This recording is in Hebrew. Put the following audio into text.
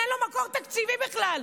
אין לו מקור תקציבי בכלל.